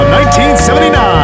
1979